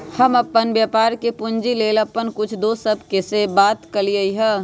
हम अप्पन व्यापार के पूंजी लेल अप्पन कुछ दोस सभ से बात कलियइ ह